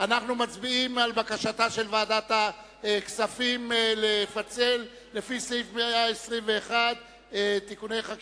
אנחנו מצביעים על בקשתה של ועדת הכספים לפצל לפי סעיף 121 את הנושא